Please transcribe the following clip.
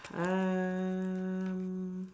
umm